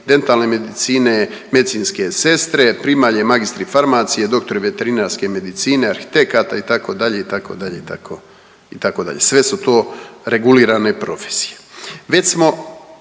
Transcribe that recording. dentalne medicine, medicinske sestre, primalje, magistri farmacije, doktori veterinarske medicine, arhitekata, itd., itd., itd. Sve su to regulirane profesije.